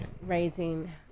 raising